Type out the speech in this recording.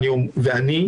ואני,